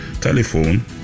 Telephone